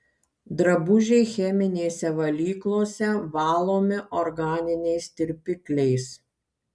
drabužiai cheminėse valyklose valomi organiniais tirpikliais